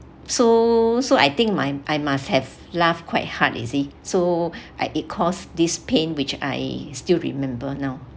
so so I think my I must have laughed quite hard you see so I it cause this pain which I still remember now